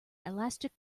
elastic